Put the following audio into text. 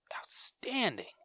outstanding